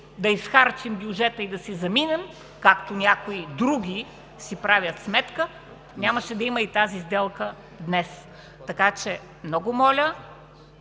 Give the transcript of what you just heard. да изхарчим бюджета и да си заминем, както някои други си правят сметка, нямаше да има и тази сделка днес. Много моля